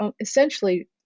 essentially